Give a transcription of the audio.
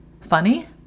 Funny